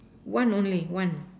one only one